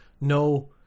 No